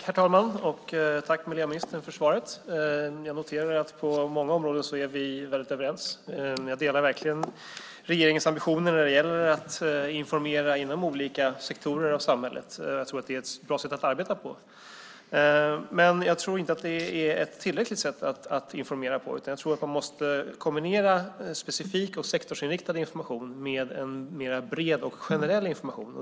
Herr talman! Jag tackar miljöministern för svaret. Jag noterar att vi är väldigt överens på många områden. Jag delar verkligen regeringens ambitioner när det gäller att informera inom olika sektorer av samhället. Jag tror att det är ett bra sätt att arbeta på. Men jag tror inte att det är ett tillräckligt sätt att informera på. Jag tror att man måste kombinera specifik och sektorsinriktad information med bredare och mer generell information.